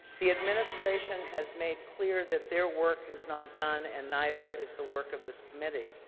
the administration has made clear that their work is not done and neither is the work of this committee.